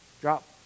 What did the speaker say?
Drop